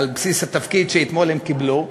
הם נתקבלו על בסיס התפקיד שאתמול הם קיבלו,